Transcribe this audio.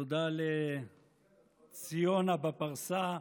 תודה לציונה בפרסה,